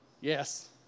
yes